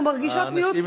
אנחנו מרגישות מיעוט,